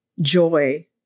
joy